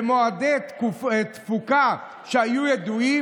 במועדי תפוגה שהיו ידועים,